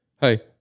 Hey